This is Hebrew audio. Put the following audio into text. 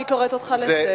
אני קוראת אותך לסדר.